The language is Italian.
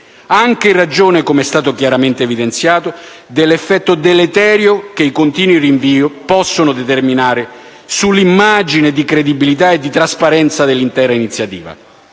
anche in ragione, come è stato chiaramente evidenziato, dell'effetto deleterio che i continui rinvii possono determinare sull'immagine di credibilità e di trasparenza dell'intera iniziativa.